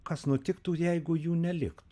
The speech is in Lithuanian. kas nutiktų jeigu jų nelikt